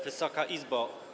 Wysoka Izbo!